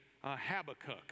Habakkuk